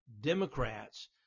Democrats